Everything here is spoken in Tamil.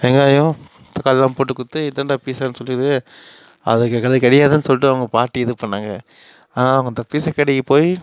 வெங்காயம் தக்காளிலாம் போட்டு கொடுத்து இதாண்டா பீசான்னு சொல்லிட்டு அது இது கிடையாதுன்னு சொல்லிட்டு அவங்க பாட்டி இது பண்ணாங்க ஆனால் அவங்க அந்த பீசாக் கடைக்கு போய்